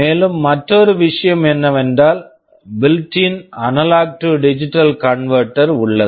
மேலும் மற்றொரு விஷயம் என்னவென்றால் built in built in analog to digital converter analog to digital converter உள்ளது